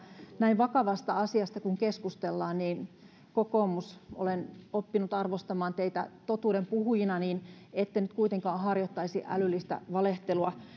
näin vakavasta asiasta kun keskustellaan niin kokoomus olen oppinut arvostamaan teitä totuuden puhujina ette nyt kuitenkaan harjoittaisi älyllistä valehtelua